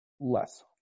Less